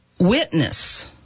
witness